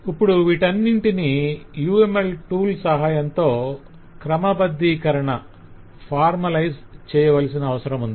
ఇప్పుడు వీటన్నింటిని UML tool సహాయంతో క్రమబద్ధీకరణ చేయవలసిన అవసరముంది